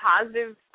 positive